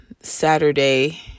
Saturday